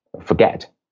forget